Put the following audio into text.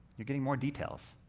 you're getting more details,